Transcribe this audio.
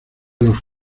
los